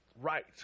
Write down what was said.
right